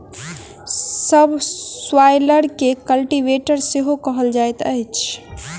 सब स्वाइलर के कल्टीवेटर सेहो कहल जाइत अछि